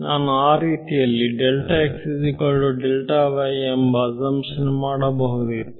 ನಾನು ಆ ರೀತಿಯಲ್ಲಿ ಎಂಬ ಅಸೆನ್ಶನ್ ಮಾಡಬಹುದಿತ್ತು